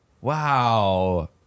Wow